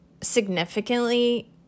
significantly